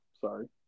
sorry